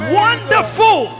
wonderful